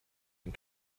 and